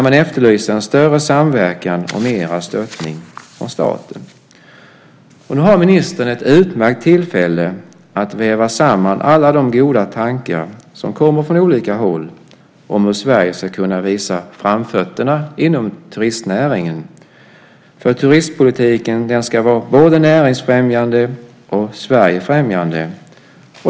Där efterlyser man en större samverkan och mer stöttning av staten. Nu har ministern ett utmärkt tillfälle att väva samman alla de goda tankar som kommer från olika håll om hur Sverige ska kunna visa framfötterna inom turistnäringen. Turistpolitiken ska vara både näringsfrämjande och Sverigefrämjande.